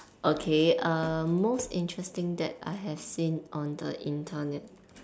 okay um most interesting that I have seen on the Internet